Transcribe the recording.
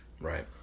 Right